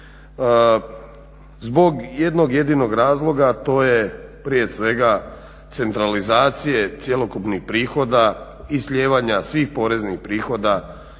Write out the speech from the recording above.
zbog jednog jedinog razloga, a to je prije svega centralizacije cjelokupnih prihoda i slijevanja svih poreznih prihoda